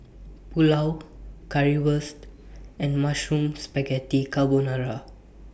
Pulao Currywurst and Mushroom Spaghetti Carbonara